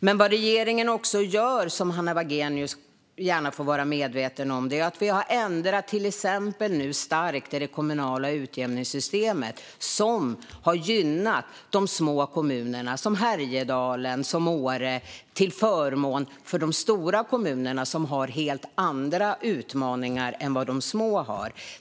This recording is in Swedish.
Men vad regeringen också gör, vilket Hanna Wagenius får vara medveten om, är att vi nu till exempel har gjort stora ändringar i det kommunala utjämningssystemet som har gynnat de små kommunerna, som Härjedalen och Åre, jämfört med de stora kommunerna som har helt andra utmaningar än de små har.